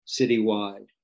citywide